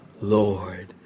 Lord